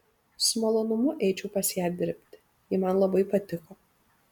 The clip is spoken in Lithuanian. su malonumu eičiau pas ją dirbti ji man labai patiko